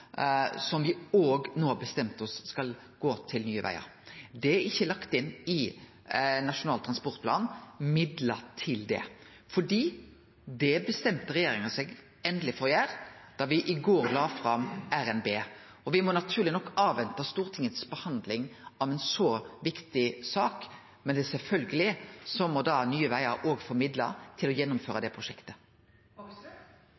som vi no har bestemt oss for skal gå til Nye Vegar. Det er ikkje lagt inn midlar til det i Nasjonal transportplan, fordi det bestemte regjeringa seg endeleg for å gjere da me i går la fram revidert nasjonalbudsjett, og me må naturleg nok vente på Stortingets behandling av ei så viktig sak. Men sjølvsagt må da Nye Vegar òg få midlar til å